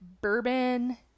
bourbon